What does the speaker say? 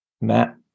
Matt